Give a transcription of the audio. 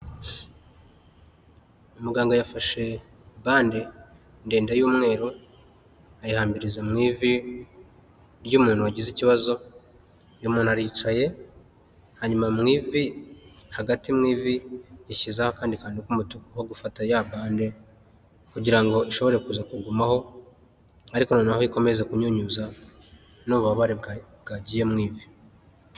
Muganga yafashe bande ndende y'umweru ayihambiriza mu ivi ry'umuntu wagize ikibazo, umuntu aricaye hanyuma mu ivi hagati mu ivi yashyize akandi kantu umutuku ko gufata ya bande kugira ngo ishobore kuza kugumaho ariko noneho ikomeze kunyunyuza n'ububabare bwagiye mu ivi.